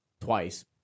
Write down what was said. twice